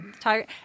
tiger